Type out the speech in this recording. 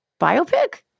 Biopic